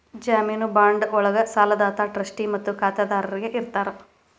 ಜಾಮೇನು ಬಾಂಡ್ ಒಳ್ಗ ಸಾಲದಾತ ಟ್ರಸ್ಟಿ ಮತ್ತ ಖಾತರಿದಾರ ಇರ್ತಾರ